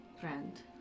friend